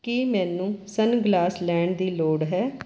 ਕੀ ਮੈਨੂੰ ਸਨਗਲਾਸ ਲੈਣ ਦੀ ਲੋੜ ਹੈ